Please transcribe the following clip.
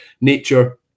nature